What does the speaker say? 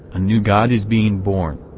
a new god is being born.